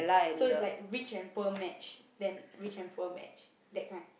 so it's like rich and poor match then rich and poor match that kind